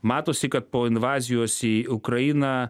matosi kad po invazijos į ukrainą